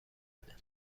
بده